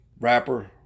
rapper